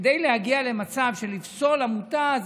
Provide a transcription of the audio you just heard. כדי להגיע למצב של פסילת עמותה,